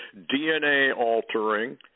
DNA-altering